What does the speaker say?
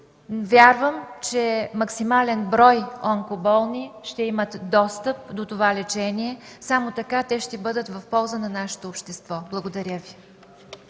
Вярвам, че максимален брой онкоболни ще имат достъп до това лечение. Само така те ще бъдат в полза на нашето общество. Благодаря.